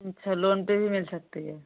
अच्छा लोन पर भी मिल सकती है